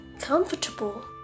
comfortable